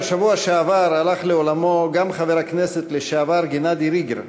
בשבוע שעבר הלך לעולמו גם חבר הכנסת לשעבר גנדי ריגר,